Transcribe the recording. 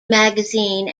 magazine